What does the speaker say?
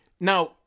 Now